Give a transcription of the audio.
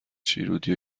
شیرودی